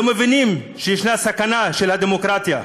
לא מבינים שיש סכנה לדמוקרטיה,